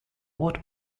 what